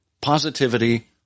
positivity